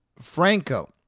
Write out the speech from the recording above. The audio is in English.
franco